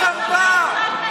בושה וחרפה, בושה